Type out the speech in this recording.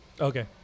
Okay